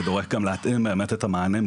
ודורש גם להתאים באמת את המענים,